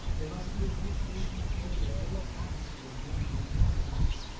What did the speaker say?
there must be a great tradition of beauty, a great atmosphere of wonder and romance.